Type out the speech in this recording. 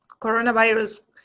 coronavirus